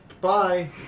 bye